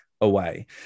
away